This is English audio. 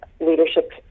leadership